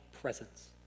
presence